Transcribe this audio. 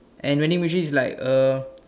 and vending machine is like uh